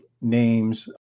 names